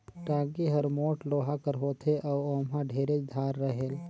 टागी हर मोट लोहा कर होथे अउ ओमहा ढेरेच धार रहेल